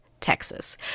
Texas